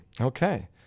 Okay